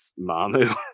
Mamu